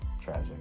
tragic